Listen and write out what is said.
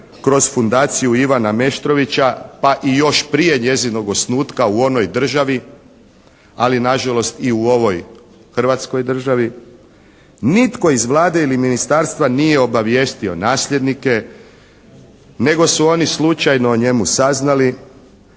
kroz Fundaciju Ivana Meštrovića, pa i prije njezinog osnutka u onoj državi, ali nažalost i u ovoj hrvatskoj državi. Nitko iz Vlade ili ministarstva nije obavijestio nasljednike nego su oni slučajno o njemu saznali